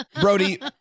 Brody